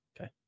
Okay